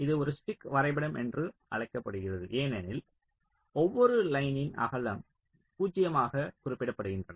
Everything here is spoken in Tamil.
இது ஒரு ஸ்டிக் வரைபடம் என்று அழைக்கப்படுகிறது ஏனெனில் ஒவ்வொரு லைனின் அகலம் 0 ஆக குறிப்பிடப்படுகின்றன